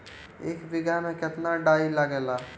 एक बिगहा में केतना डाई लागेला?